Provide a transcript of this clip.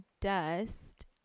dust